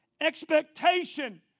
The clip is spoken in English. Expectation